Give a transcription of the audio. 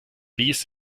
dies